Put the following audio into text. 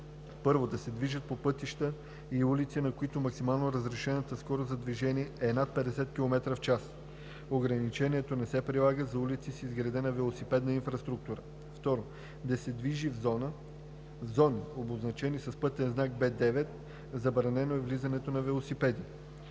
1. да се движи по пътища и улици, на които максимално разрешената скорост за движение е над 50 км/ч; ограничението не се прилага за улици с изградена велосипедна инфраструктура; 2. да се движи в зони, обозначени с пътен знак В9 – „Забранено е влизането на велосипеди“;